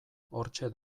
hortxe